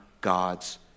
God's